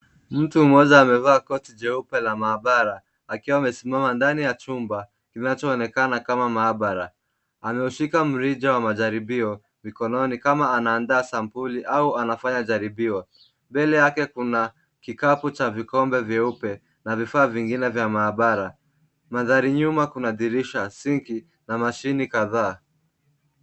Mtu mmoja amevaa koti jeupe la maabara akiwa amesimama ndani ya chumba kinachoonekana kama maabara. Ameushika mrija wa majaribio mkononi kama anaandaa sampuli au anafanya jaribio. Mbele yake kuna kikapu cha vikombe vyeupe na vifaa vingine vya maabara. Mandhari nyuma kuna madirisha na sinki na mashini kadhaa.